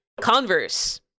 converse